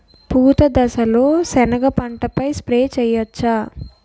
పూత దశలో సెనగ పంటపై స్ప్రే చేయచ్చా?